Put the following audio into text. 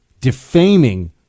defaming